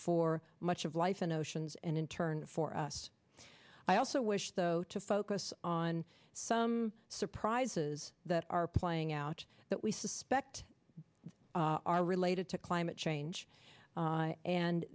for much of life in oceans and in turn for us i also wish though to focus on some surprises that are playing out that we suspect are related to climate change a